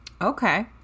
Okay